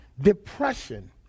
depression